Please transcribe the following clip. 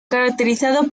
caracterizado